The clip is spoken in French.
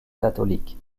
catholiques